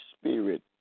spirit